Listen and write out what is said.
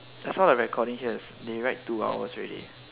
I saw the recording here is they write two hours already